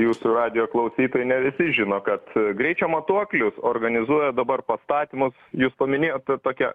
jūsų radijo klausytojai ne visi žino kad greičio matuoklius organizuoja dabar pastatymus jūs paminėjot tokią